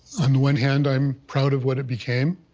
on the one hand, i'm proud of what it became,